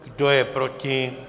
Kdo je proti?